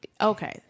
Okay